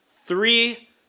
Three